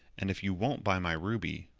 and if you won't buy my ruby,